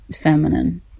feminine